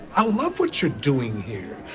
i love what you're doing here.